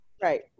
Right